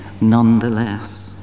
nonetheless